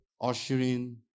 ushering